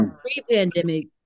pre-pandemic